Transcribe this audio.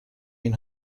این